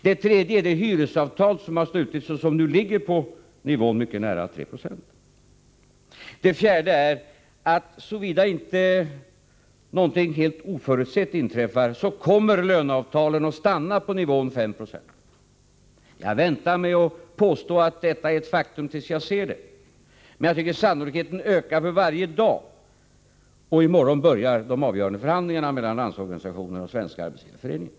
Den tredje är de hyresavtal som har slutits och som ligger mycket nära nivån 3 9. Den fjärde är att såvida inte något helt oförutsett inträffar, kommer löneavtalen att stanna på nivån 5 90. Jag kan vänta med att påstå att det är ett faktum tills jag ser det, men sannolikheten ökar för varje dag, och i morgon börjar de avgörande förhandlingarna mellan Landsorganisationen och Svenska arbetsgivareföreningen.